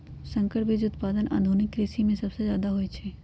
संकर बीज उत्पादन आधुनिक कृषि में सबसे जादे होई छई